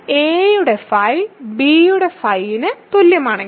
a യുടെ phi b യുടെ phi ന് തുല്യമാണെങ്കിൽ